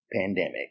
pandemic